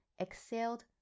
exhaled